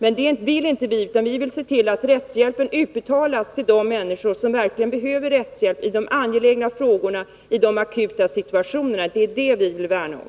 Vi vill se till att medel till rättshjälp utbetalas till de människor som verkligen behöver rättshjälp i de angelägna frågorna och akuta situationerna. Det är detta vi vill värna om.